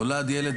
נולד ילד,